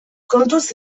kontuz